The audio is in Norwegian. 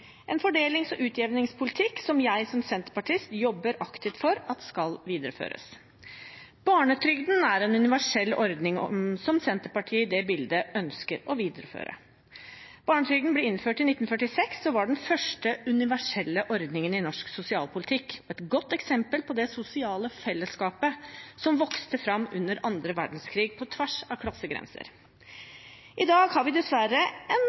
en fordelings- og utjevningspolitikk som jeg som senterpartist jobber aktivt for skal videreføres. Barnetrygden er en universell ordning, som Senterpartiet i det bildet ønsker å videreføre. Barnetrygden ble innført i 1946 og var den første universelle ordningen i norsk sosialpolitikk – et godt eksempel på det sosiale fellesskapet som vokste fram under annen verdenskrig på tvers av klassegrenser. I dag har vi dessverre en